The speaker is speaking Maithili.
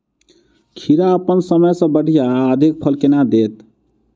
खीरा अप्पन समय सँ बढ़िया आ अधिक फल केना देत?